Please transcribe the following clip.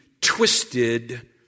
twisted